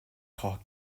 referred